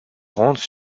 rendre